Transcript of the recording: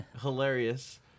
hilarious